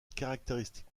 caractéristique